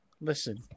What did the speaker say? Listen